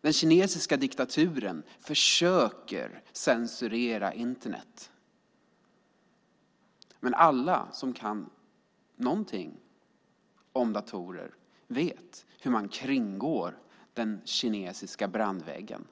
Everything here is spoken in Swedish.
Den kinesiska diktaturen försöker censurera Internet, men alla som kan någonting om datorer vet hur man kringgår den kinesiska brandväggen.